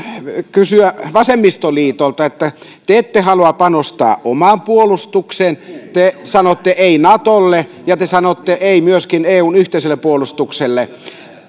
kysyä vasemmistoliitolta te ette halua panostaa omaan puolustukseen te sanotte ei natolle ja te sanotte ei myöskin eun yhteiselle puolustukselle